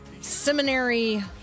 seminary